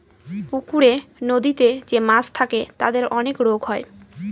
পুকুরে, নদীতে যে মাছ থাকে তাদের অনেক রোগ হয়